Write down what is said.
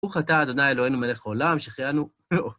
ברוך אתה ה' אלוהינו מלך העולם שהחיינו אהו.